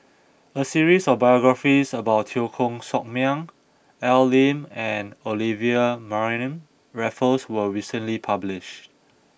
a series of biographies about Teo Koh Sock Miang Al Lim and Olivia Mariamne Raffles was recently published